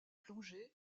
plongée